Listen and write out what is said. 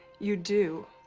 you do,